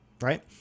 right